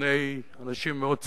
בפני אנשים מאוד צעירים.